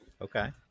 Okay